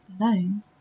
alone